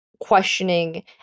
questioning